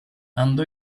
andò